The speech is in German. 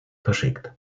verschickt